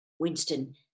Winston